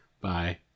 Bye